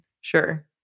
Sure